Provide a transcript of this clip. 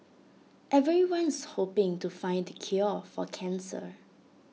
everyone's hoping to find the cure for cancer